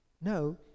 No